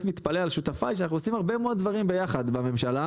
מתפלא על שותפיי שאנחנו עושים הרבה מאוד דברים ביחד בממשלה,